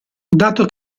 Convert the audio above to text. dato